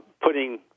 putting